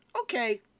Okay